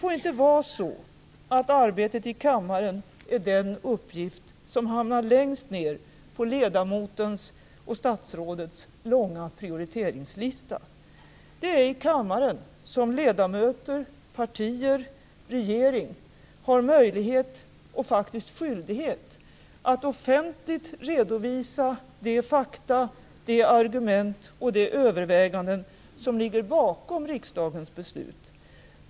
Arbetet i kammaren får inte vara den uppgift som hamnar längst ned på ledamotens och statsrådets långa prioriteringslista. Det är i kammaren som ledamöter, partier och regering har möjlighet och faktiskt skyldighet att offentligt redovisa de fakta, de argument och de överväganden som ligger bakom riksdagens beslut.